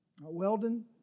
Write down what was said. Weldon